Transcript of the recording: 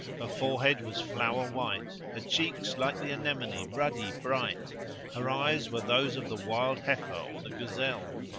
her forehead was flower white her cheeks like the anemone ruddy bright her eyes were those of the wild heifer or the gazelle,